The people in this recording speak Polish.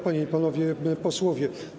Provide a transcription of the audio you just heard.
Panie i Panowie Posłowie!